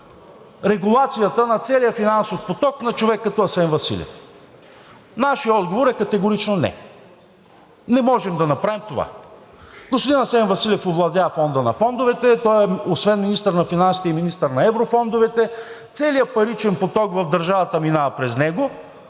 регулацията на целия финансов поток на човек като Асен Василев? Нашият отговор е категорично не. Не можем да направим това! Господин Асен Василев овладя Фонда на фондовете. Той е освен министър на финансите и министър на еврофондовете. Целият паричен поток в държавата минава през него,